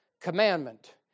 Commandment